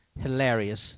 hilarious